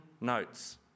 notes